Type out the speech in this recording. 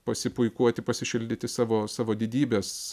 pasipuikuoti pasišildyti savo savo didybės